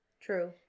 true